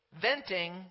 Venting